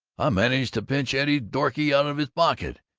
i managed to pinch eddie's doorkey out of his pocket,